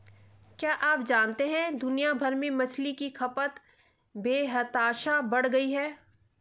क्या आप जानते है दुनिया भर में मछली की खपत बेतहाशा बढ़ गयी है?